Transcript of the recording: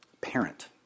parent